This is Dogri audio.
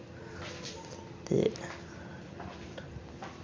ते